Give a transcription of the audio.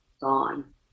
gone